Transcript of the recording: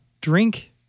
drink